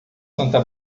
santa